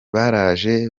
baraje